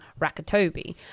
Rakatobi